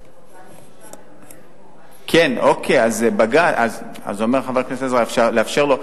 מדובר אז אומר חבר הכנסת לאפשר לו,